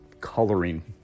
coloring